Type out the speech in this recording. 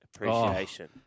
appreciation